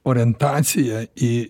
orientaciją į